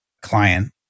client